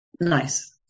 Nice